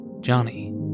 Johnny